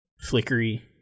flickery